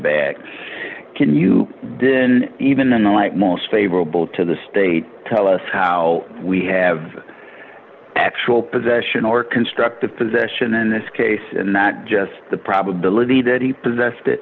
bag can you didn't even in the light most favorable to the state tell us how we have actual possession or constructive possession in this case and not just the probability that he possess